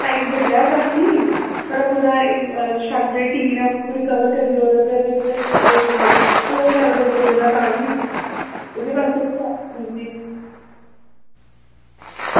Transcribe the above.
ते भाई बड्डा काफी ते ओह् जेह्ड़ी छत आह्ली टीन ऐ ते ओह् कवर करी ओड़ग ते ओह्दे उप्पर देना ओह्दे आस्तै तां बी